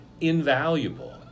Invaluable